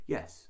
Yes